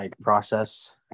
process